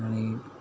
आनी